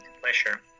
Pleasure